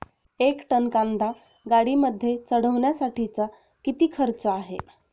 एक टन कांदा गाडीमध्ये चढवण्यासाठीचा किती खर्च आहे?